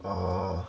orh